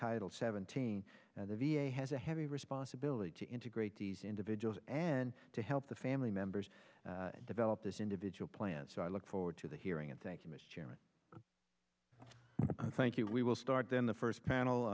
title seventeen the v a has a heavy responsibility to integrate these individuals and to help the family members develop this individual plan so i look forward to the hearing and thank you mr chairman thank you we will start then the first panel